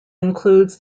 includes